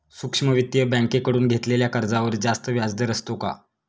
सूक्ष्म वित्तीय बँकेकडून घेतलेल्या कर्जावर जास्त व्याजदर असतो का?